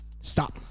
Stop